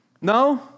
No